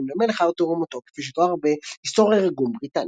למלך ארתור ומותו כפי שתואר ב-"היסטוריה רגום בריטניה".